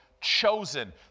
chosen